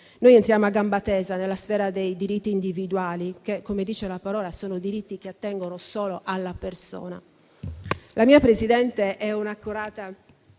no, entriamo a gamba tesa nella sfera dei diritti individuali che, come dice la parola, sono diritti che attengono solo alla persona.